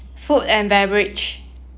food and beverage